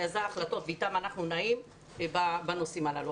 אלה ההחלטות ואתן אנחנו נעים בנושאים הללו.